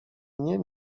nie